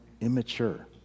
immature